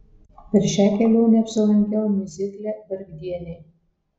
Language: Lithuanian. per šią kelionę apsilankiau miuzikle vargdieniai